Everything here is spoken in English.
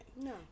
No